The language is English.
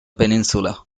peninsula